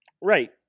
Right